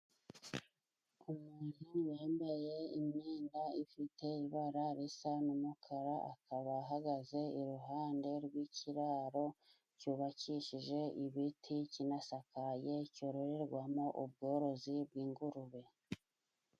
Umuntu wambaye imyenda ifite ibara risa n'umukara akaba ahagaze iruhande rw'ikiraro cyubakishije ibiti kinasakaye cyororerwamo ubworozi bw'ingurube.